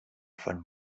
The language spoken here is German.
von